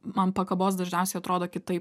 ant pakabos dažniausiai atrodo kitaip